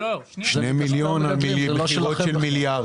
2 מיליון שקל על מכירות של מיליארד